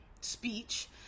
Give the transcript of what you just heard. speech